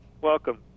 welcome